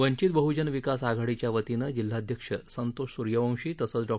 वंचित बहजन विकास आघाडीच्या वतीनं जिल्हाध्यक्ष संतोष स्र्यवंशी तसंच डॉ